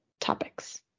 topics